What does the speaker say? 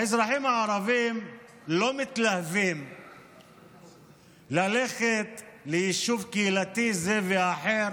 האזרחים הערבים לא מתלהבים ללכת ליישוב קהילתי זה או אחר